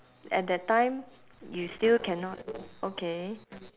at that time you still cannot okay